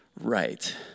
right